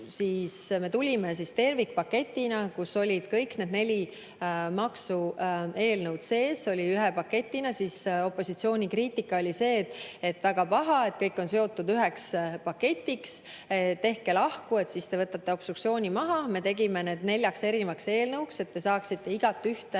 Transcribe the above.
Me tulime tervikpaketiga, kus olid kõik need neli maksueelnõu sees. Need olid ühe paketina ja opositsiooni kriitika oli see, et väga paha, et kõik on seotud üheks paketiks, et tehke lahku, siis te võtate obstruktsiooni maha. Me tegime need neljaks erinevaks eelnõuks, et te saaksite igatühte